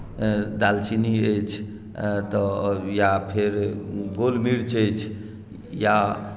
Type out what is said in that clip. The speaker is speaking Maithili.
दालचीनी अछि तऽ या फेर गोल मिर्च अछि या